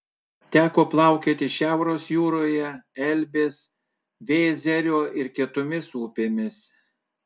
teko plaukioti šiaurės jūroje elbės vėzerio ir kitomis upėmis